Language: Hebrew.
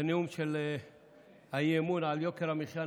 בנאום של האי-אמון על יוקר המחיה,